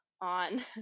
on